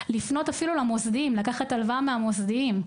לנסות לקחת הלוואה מהמוסדיים,